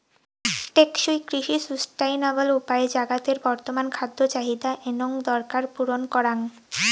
টেকসই কৃষি সুস্টাইনাবল উপায়ে জাগাতের বর্তমান খাদ্য চাহিদা এনং দরকার পূরণ করাং